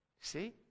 See